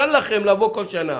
קל לכם לבוא כל שנה